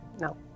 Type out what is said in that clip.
No